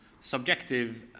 subjective